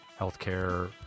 Healthcare